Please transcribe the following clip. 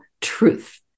truth